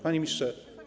Panie Ministrze!